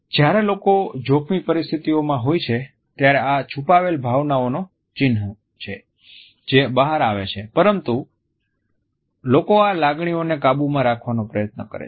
જયારે લોકો જોખમી પરિસ્થિતિઓમાં હોય છે ત્યારે આ છુપાવેલ ભાવનાઓના ચિહ્નો છે જે બહાર આવે છે પરંતુ લોકો આ લાગણીઓને કાબૂમાં રાખવાના પ્રયાસ કરે છે